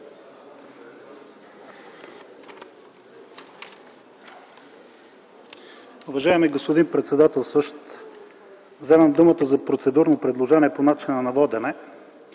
Уважаеми господин председателстващ, вземам думата за процедурно предложение по начина на водене.